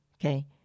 Okay